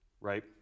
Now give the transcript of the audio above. Right